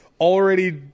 already